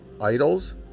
idols